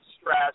stress